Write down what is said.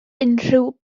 unrhyw